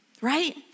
right